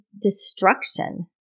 destruction